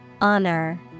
Honor